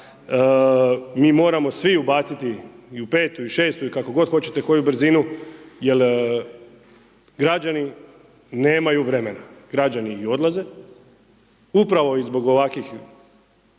mi moramo svi ubaciti i u petu i u šestu i kako god hoćete koju brzinu jer građani nemaju vremena, građani i odlaze, upravo i zbog ovakvih